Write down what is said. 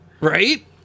right